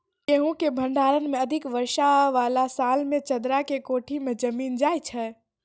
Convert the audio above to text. गेहूँ के भंडारण मे अधिक वर्षा वाला साल मे चदरा के कोठी मे जमीन जाय छैय?